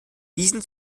diesen